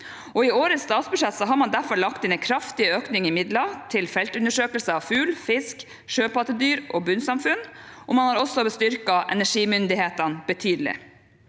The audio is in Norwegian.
I årets statsbudsjett har man derfor lagt inn en kraftig økning i midler til feltundersøkelse av fugl, fisk, sjøpattedyr og bunnsamfunn, og man har også styrket energimyndighetene betydelig.